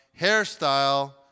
hairstyle